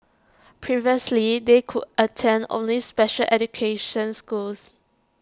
previously they could attend only special education schools